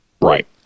right